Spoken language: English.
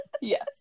Yes